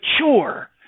mature